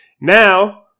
Now